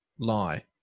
lie